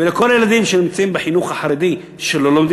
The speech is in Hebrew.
ולכל הילדים שנמצאים בחינוך החרדי שלא לומדים